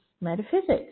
metaphysics